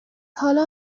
حالا